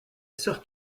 sœur